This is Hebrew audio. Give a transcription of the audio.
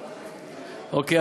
אוקיי,